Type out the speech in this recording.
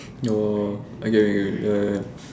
ya lor okay okay ya ya ya